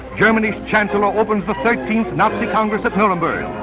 germany's chancellor ah opens the nazi congress at nuremberg.